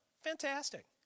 fantastic